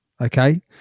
okay